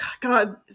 God